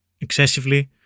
excessively